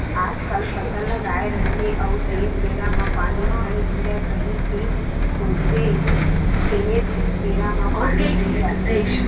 आजकल फसल लगाए रहिबे अउ जेन बेरा म पानी झन गिरय कही के सोचबे तेनेच बेरा म पानी गिर जाथे